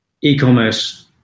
e-commerce